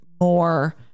more